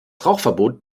rauchverbot